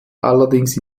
allerdings